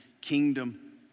kingdom